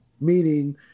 Meaning